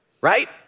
right